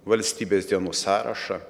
valstybės dienų sąrašą